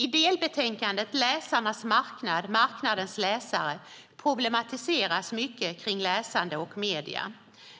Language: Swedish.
I delbetänkandet Läsarnas marknad, marknadens läsare problematiseras mycket kring läsande och medierna.